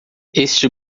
este